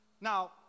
Now